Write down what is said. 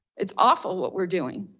it's awful what we're doing.